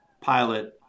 pilot